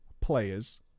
players